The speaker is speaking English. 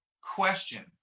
question